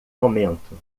momento